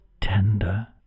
tender